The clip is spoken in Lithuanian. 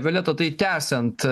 violeta tai tęsiant